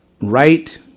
Right